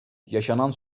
yaşanan